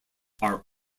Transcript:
are